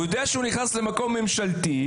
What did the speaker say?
הוא יודע שהוא נכנס למקום ממשלתי,